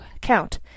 count